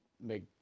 make